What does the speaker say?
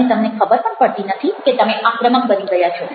અને તમને ખબર પણ પડતી નથી કે તમે આક્રમક બની ગયા છો